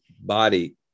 body